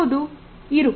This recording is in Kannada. ಹೌದು ಇರು